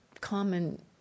common